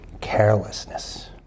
carelessness